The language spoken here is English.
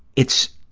it's,